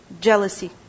Jealousy